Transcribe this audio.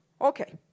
Okay